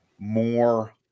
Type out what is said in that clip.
more